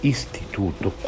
Istituto